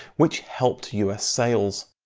which help us sales.